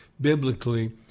biblically